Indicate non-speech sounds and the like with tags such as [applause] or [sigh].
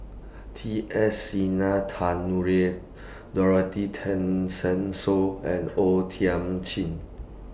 T S [unintelligible] Dorothy Tessensohn and O Thiam Chin